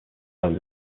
loads